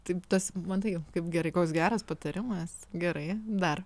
taip tas matai kaip gerai koks geras patarimas gerai dar